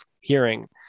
hearing